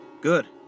Good